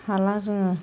हाला जोङो